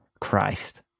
Christ